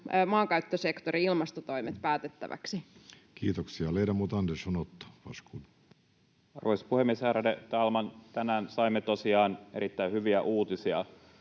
maankäyttösektorin ilmastotoimet päätettäväksi? Kiitoksia. — Ledamot Andersson, Otto, varsågod. Arvoisa puhemies! Ärade talman! Tänään saimme tosiaan erittäin hyviä uutisia